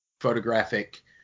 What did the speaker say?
photographic